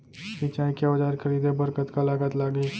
सिंचाई के औजार खरीदे बर कतका लागत लागही?